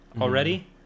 already